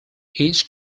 each